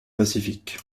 pacifique